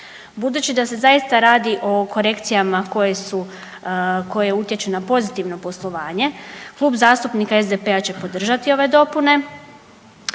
Budući da se zaista radi o korekcijama koje su, koje utječu na pozitivno poslovanje Klub zastupnika SDP-a će podržati ove dopune